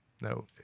No